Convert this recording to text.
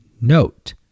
Note